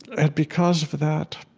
and because of that,